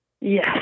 Yes